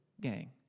gang